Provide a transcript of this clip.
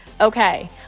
Okay